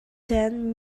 then